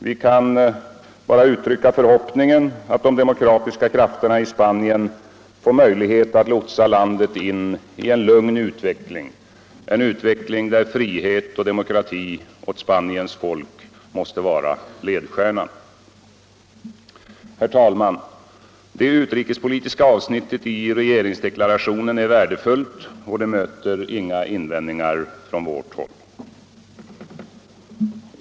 Vi kan uttrycka förhoppningen att de demokratiska krafterna i Spanien får möjlighet att lotsa landet in i en lugn utveckling där frihet och demokrati åt Spaniens folk måste vara ledstjärnan. Herr talman! Det utrikespolitiska avsnittet i regeringsdeklarationen är värdefullt och möter inga invändningar från vårt håll.